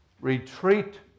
retreat